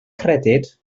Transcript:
credyd